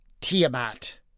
Tiamat